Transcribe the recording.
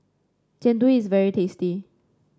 Jian Dui is very tasty